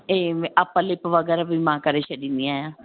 हीअ upper lip वग़ैरह बि मां करे छॾींदी आहियां